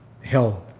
hell